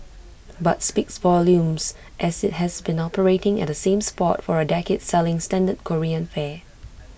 but speaks volumes as IT has been operating at that same spot for A decade selling standard Korean fare